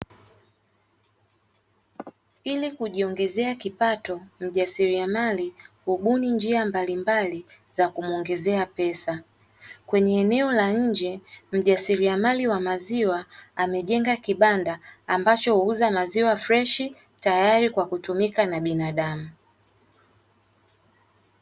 Ili kujiongezea kipato, mjasiriamali hubuni njia mbalimbali za kumuongezea pesa. Kwenye eneo la nje, mjasiriamali wa maziwa amejenga kibanda ambacho huuza maziwa freshi, tayari kwa kutumika na binadamu.